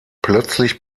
plötzlich